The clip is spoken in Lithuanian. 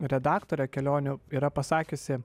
redaktorė kelionių yra pasakiusi